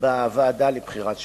בוועדה לבחירת שופטים.